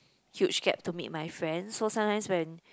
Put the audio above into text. huge gap to meet my friends so sometimes when